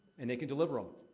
and they can deliver em.